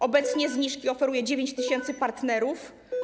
Obecnie zniżki oferuje 9 tys. partnerów.